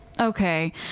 okay